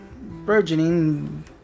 burgeoning